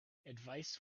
advice